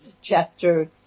Chapter